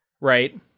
right